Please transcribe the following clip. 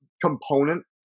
component